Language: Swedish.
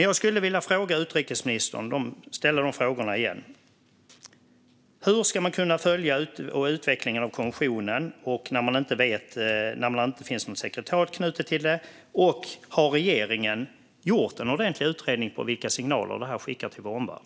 Jag skulle återigen vilja ställa dessa frågor till utrikesministern: Hur ska man kunna följa utvecklingen av konventionen när det inte finns något sekretariat knutet till den? Och har regeringen gjort en ordentlig utredning av vilka signaler detta skickar till vår omvärld?